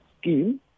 Scheme